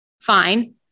fine